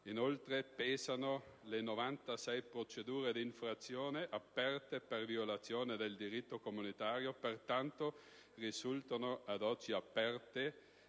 Inoltre pesano le 96 procedure di infrazione aperte per violazione del diritto comunitario; pertanto risultano ad oggi aperte,